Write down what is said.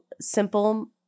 simple